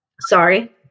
sorry